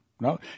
no